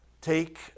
take